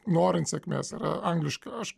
norint sėkmės yra angliškai aš